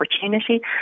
opportunity